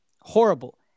Horrible